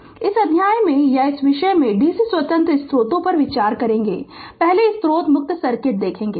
तो इस अध्याय में या इस विषय में dc स्वतंत्र स्रोतों पर विचार करेंगे पहले स्रोत मुक्त सर्किट देखेंगे